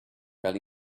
cal